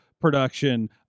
production